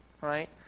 right